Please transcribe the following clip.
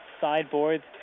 Sideboards